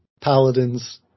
Paladins